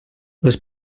les